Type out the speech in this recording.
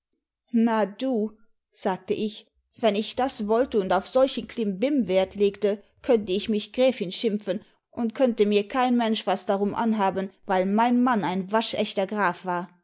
na du sagte ich wenn ich das wollte und auf solchen klimbim wert legte könnte ich mich gräfin schimpfen und könnte mir kein mensch was darum anhaben weil mein mann ein waschechter graf war